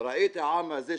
ראיתי העם הזה,